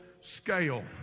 scale